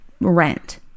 rent